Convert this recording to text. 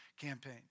campaign